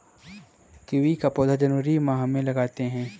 kiwi का पौधा जनवरी माह में लगाते हैं